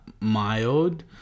mild